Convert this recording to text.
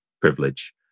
privilege